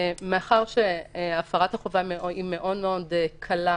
מאחר שהפרת החובה היא מאוד מאוד קלה,